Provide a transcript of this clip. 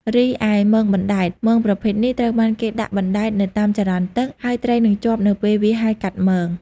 រីឯមងបណ្តែត មងប្រភេទនេះត្រូវបានគេដាក់បណ្តែតទៅតាមចរន្តទឹក ហើយត្រីនឹងជាប់នៅពេលវាហែលកាត់មង។